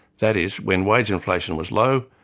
that is, when wage inflation was low,